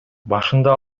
башында